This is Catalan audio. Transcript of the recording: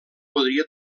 podria